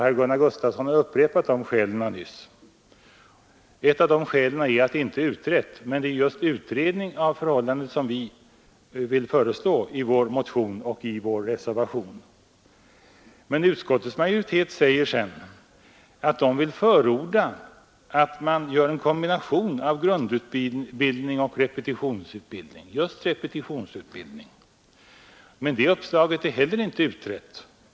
Herr Gunnar Gustafsson har nyss upprepat de skälen. Ett av dem är att detta alternativ inte är utrett. Men det är just en utredning av förhållandena som vi föreslår i vår motion och i vår reservation. Utskottets majoritet vill nu förorda att man gör en kombination av grundutbildning och repetitionsutbildning. Men det uppslaget är heller inte utrett.